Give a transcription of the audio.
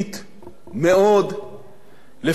לפעמים באופן בוטה,